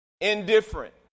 Indifferent